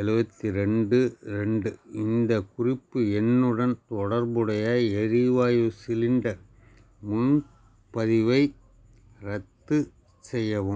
எழுவத்தி ரெண்டு ரெண்டு இந்தக் குறிப்பு எண்ணுடன் தொடர்புடைய எரிவாயு சிலிண்டர் முன்பதிவை ரத்து செய்யவும்